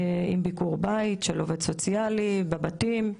עם ביקור בית של עובד סוציאלי בבתים,